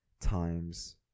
times